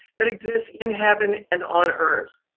that exist in heaven and on earth.